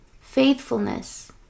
faithfulness